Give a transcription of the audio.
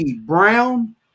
Brown